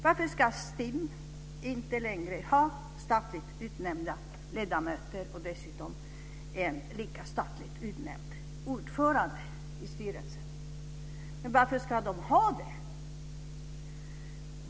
Varför ska STIM inte längre ha statligt utnämnda ledamöter och en lika statligt utnämnd ordföranden i styrelsen? Varför ska de ha det?